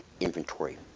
inventory